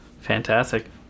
Fantastic